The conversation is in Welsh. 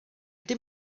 dydd